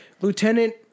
Lieutenant